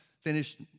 finished